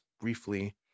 briefly